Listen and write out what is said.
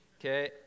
Okay